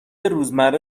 روزمره